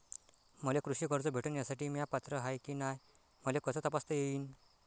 मले कृषी कर्ज भेटन यासाठी म्या पात्र हाय की नाय मले कस तपासता येईन?